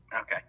Okay